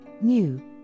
new